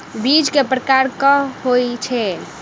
बीज केँ प्रकार कऽ होइ छै?